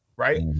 Right